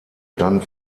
dann